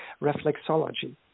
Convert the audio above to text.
reflexology